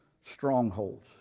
strongholds